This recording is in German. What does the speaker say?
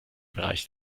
bereich